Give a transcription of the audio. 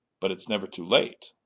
but it's never too late.